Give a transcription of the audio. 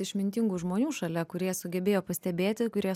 išmintingų žmonių šalia kurie sugebėjo pastebėti kurie